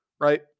right